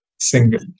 single